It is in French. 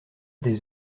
des